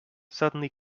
suddenly